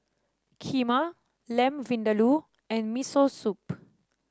Kheema Lamb Vindaloo and Miso Soup